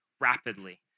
rapidly